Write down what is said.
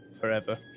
forever